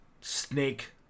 snake